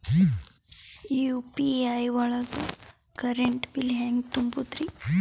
UPI ಒಳಗ current bill ಹೆಂಗ್ ತುಂಬದ್ರಿ?